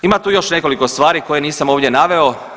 Ima tu još nekoliko stvari koje nisam ovdje naveo.